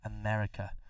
America